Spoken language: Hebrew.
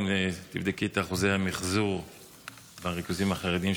גם תבדקי את אחוזי המחזור בריכוזים החרדיים,